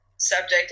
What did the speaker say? Subject